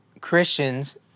Christians